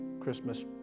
Christmas